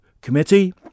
committee